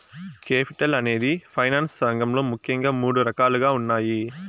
capital అనేది finance రంగంలో ముఖ్యంగా మూడు రకాలుగా ఉన్నాయి